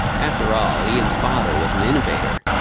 after all, ian's father was an innovator.